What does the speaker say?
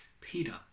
Peter